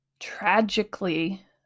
tragically